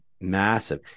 massive